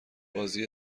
بازی